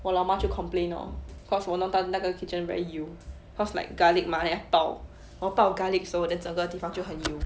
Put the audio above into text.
我老妈就 complain lor cause 我弄到那个 kitchen very 油 cause like garlic mah then 爆 then 我爆 garlic 的时候 then 整个地方就很油